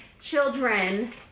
children